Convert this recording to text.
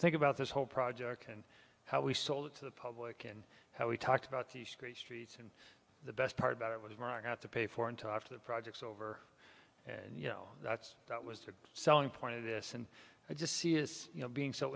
think about this whole project and how we sold it to the public and how we talked about the screech street and the best part about it was more on how to pay for until after the projects over and you know that's that was the selling point of this and i just see is you know being so